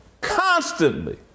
constantly